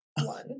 one